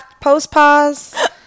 post-pause